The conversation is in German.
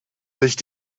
sich